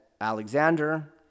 Alexander